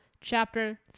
chapter